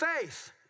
faith